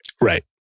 right